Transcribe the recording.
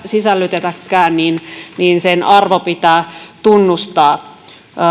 sisällytetäkään niin niin sen arvo pitää tunnustaa